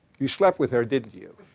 you slept with her, didn't you?